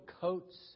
coats